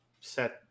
set